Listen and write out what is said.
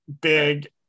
big